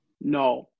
No